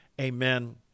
Amen